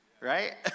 Right